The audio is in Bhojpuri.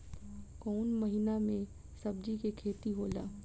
कोउन महीना में सब्जि के खेती होला?